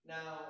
Now